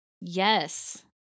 Yes